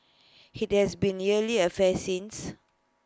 IT has been A yearly affair since